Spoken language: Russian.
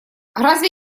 разве